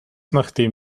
nachdem